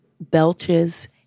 belches